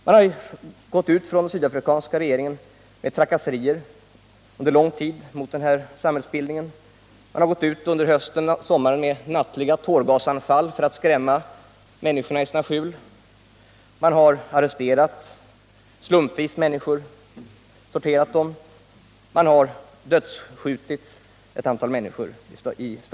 Under lång tid har den sydafrikanska regeringen vänt sig mot den här samhällsbildningen med trakasserier. Man har satt in nattliga tårgasanfall i staden för att skrämma människorna i deras skjul, man har slumpvis arresterat människor och torterat dem och man har skjutit ett antal människor till döds.